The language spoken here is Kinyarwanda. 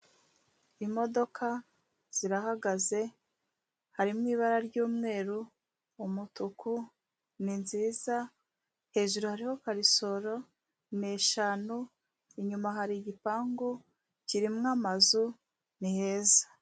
Imodoka zirahagaze, harimo ibara ry'umweru, umutuku, ni nziza, hejuru hariho karisoro, ni eshanu, inyuma hari igipangu kirimo amazu, ni heza.